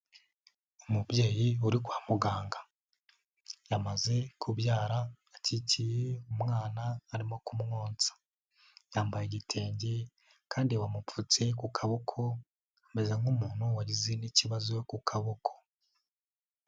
Umubyeyi uri kwa muganga. Yamaze kubyara akikiye umwana arimo kumwonsa. Yambaye igitenge kandi bamupfutse ku kaboko, ameze nk'umuntu wagize n'ikibazo ku kaboko.